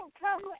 come